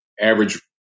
average